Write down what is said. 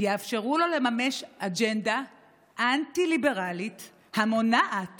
יאפשרו לו לממש אג'נדה אנטי-ליברלית המונעת